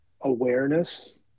awareness